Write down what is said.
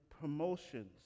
promotions